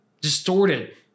distorted